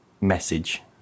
message